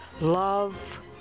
love